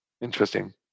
interesting